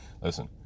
Listen